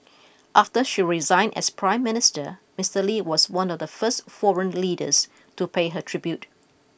after she resigned as Prime Minister Mister Lee was one of the first foreign leaders to pay her tribute